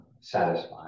satisfied